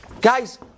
guys